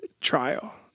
trial